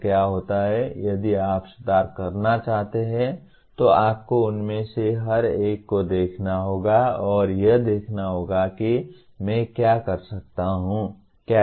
तो क्या होता है यदि आप सुधार करना चाहते हैं तो आपको उनमें से हर एक को देखना होगा और यह देखना होगा कि मैं क्या कर सकता हूं